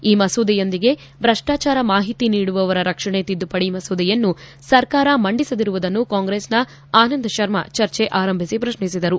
ಈ ಮಸೂದೆಯೊಂದಿಗೆ ಭ್ರಷ್ಟಾಚಾರ ಮಾಹಿತಿ ನೀಡುವವರ ರಕ್ಷಣೆ ತಿದ್ದುಪಡಿ ಮಸೂದೆಯನ್ನು ಸರ್ಕಾರ ಮಂಡಿಸದಿರುವುದನ್ನು ಕಾಂಗ್ರೆಸ್ನ ಆನಂದ ಶರ್ಮಾ ಚರ್ಚೆ ಆರಂಭಿಸಿ ಪ್ರಶ್ನಿಸಿದರು